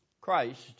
Christ